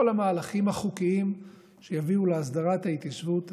המהלכים החוקיים שיביאו להסדרת ההתיישבות הצעירה.